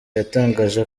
yatangaje